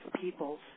peoples